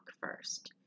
first